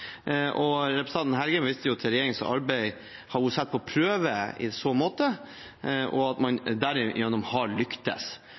dag. Representanten Engen-Helgheim viste til at regjeringens arbeid har blitt satt på prøve i så måte, og at